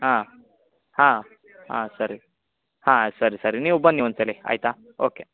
ಹಾಂ ಹಾಂ ಹಾಂ ಸರಿ ಹಾಂ ಸರಿ ಸರಿ ನೀವು ಬನ್ನಿ ಒಂದು ಸಲ ಆಯಿತಾ ಓಕೆ